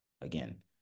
again